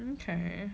okay